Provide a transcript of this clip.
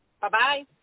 Bye-bye